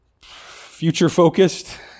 future-focused